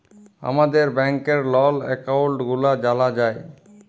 আমাদের ব্যাংকের লল একাউল্ট গুলা জালা যায়